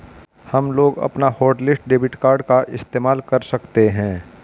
हमलोग अपना hotlist debit card का इस्तेमाल कर सकते हैं